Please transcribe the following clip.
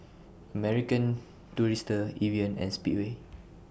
American Tourister Evian and Speedway